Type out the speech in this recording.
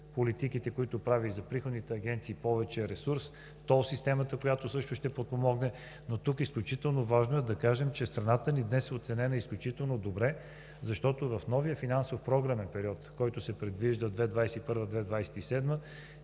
политиките, които прави – за приходните агенции повече ресурс, тол системата, която също ще подпомогне, но тук е изключително важно да кажем, че страната ни днес е оценена изключително добре, защото в новия финансов програмен период, който се предвижда за 2021